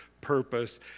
purpose